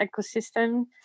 ecosystem